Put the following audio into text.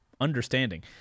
understanding